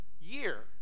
year